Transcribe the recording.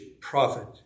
prophet